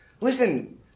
Listen